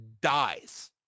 dies